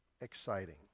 exciting